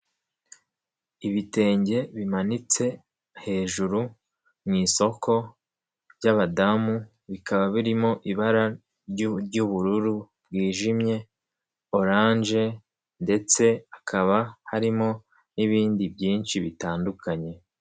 Ibitenge bimanitse hejuru mu isoko by'abadamu bikaba birimo ibara ry'ubururu bwijimye, oranje ndetse hakaba harimo n'ibindi byinshi bitandukanye.